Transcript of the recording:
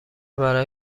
برای